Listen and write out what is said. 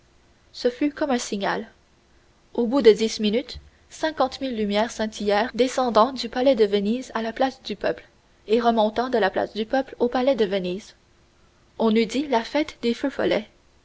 ce fut comme un signal au bout de dix minutes cinquante mille lumières scintillèrent descendant du palais de venise à la place du peuple et remontant de la place du peuple au palais de venise on eût dit la fête des feux follets